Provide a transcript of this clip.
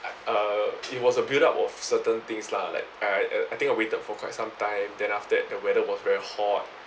uh it was a build up of certain things lah like I I think I waited for quite some time then after that the weather was very hot